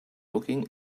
looking